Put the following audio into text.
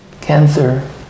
cancer